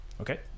Okay